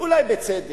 אולי בצדק,